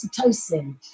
oxytocin